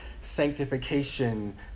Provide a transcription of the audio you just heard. sanctification